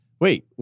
wait